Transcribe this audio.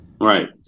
Right